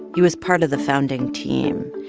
he was part of the founding team.